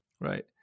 Right